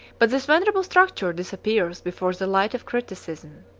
but this venerable structure disappears before the light of criticism.